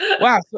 Wow